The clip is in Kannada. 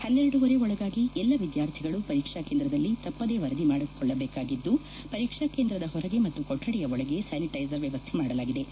ಪನ್ನೆರಡೂವರೆ ಒಳಗಾಗಿ ಎಲ್ಲ ವಿದ್ಯಾರ್ಥಿಗಳು ಪರೀಕ್ಸಾ ಕೇಂದ್ರದಲ್ಲಿ ತಪ್ಪದೆ ವರದಿ ಮಾಡಿಕೊಳ್ಳಬೇಕಾಗಿದ್ಲು ಪರೀಕ್ಸಾ ಕೇಂದ್ರದ ಹೊರಗೆ ಮತ್ತು ಕೊಠಡಿಯ ಒಳಗೆ ಸ್ಥಾನಿಟ್ಟೆಸರ್ ವ್ಲವಸ್ಥೆ ಮಾಡಲಾಗಿದ್ದು